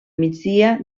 migdia